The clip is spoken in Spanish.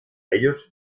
ellos